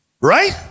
Right